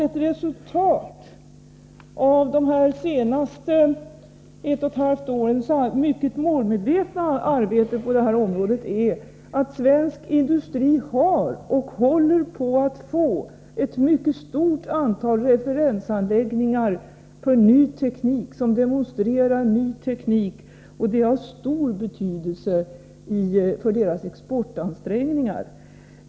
Ett resultat av de senaste 18 månadernas mycket målmedvetna arbete på detta område är att svensk industri har och håller på att få ett mycket stort antal referensanläggningar som demonstrerar ny teknik, och det är av stor betydelse för deras exportansträngningar.